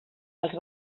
els